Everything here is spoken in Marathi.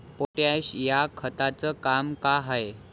पोटॅश या खताचं काम का हाय?